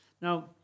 Now